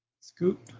Scoop